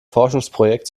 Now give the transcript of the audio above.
forschungsprojekt